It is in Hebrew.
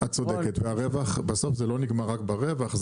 את צודקת והרווח בסוף זה לא נגמר רק ברווח,